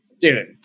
dude